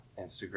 Instagram